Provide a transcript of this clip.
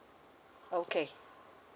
okay